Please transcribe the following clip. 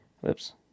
Whoops